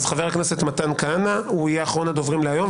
אז חבר הכנסת מתן כהנא יהיה אחרון הדוברים להיום,